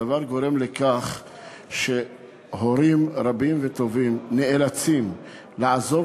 הדבר גורם לכך שהורים רבים וטובים נאלצים לעזוב